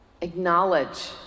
Acknowledge